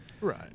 right